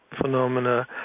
phenomena